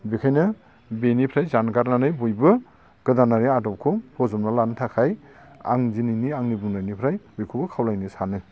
बेखायनो बिनिफ्राय जानगारनानै बयबो गोदानारि आदबखौ बजबना लानो थाखाय आं दिनैनि आंनि बुंनायनिफ्राय बयखौबो खावलायनो सानो